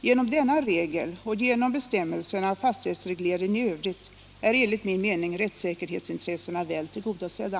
Genom denna regel och genom bestämmelserna om fastighetsreglering i Övrigt är enligt min mening rättssäkerhetsintressena väl tillgodosedda.